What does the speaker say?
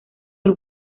del